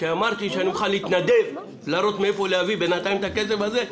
כשאמרתי שאני מוכן להתנדב להראות מאיפה להביא בינתיים את הכסף הזה,